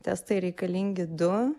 testai reikalingi du